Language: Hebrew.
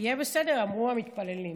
"יהיה בסדר", אמרו המתפללים,